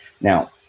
now